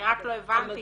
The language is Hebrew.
אני רק לא הבנתי